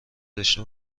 داشته